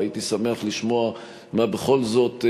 והייתי שמח לשמוע מה בכל זאת,